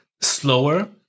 slower